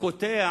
קוטע